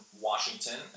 Washington